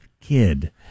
kid